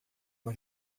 uma